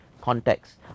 context